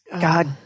god